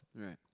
Right